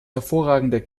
hervorragender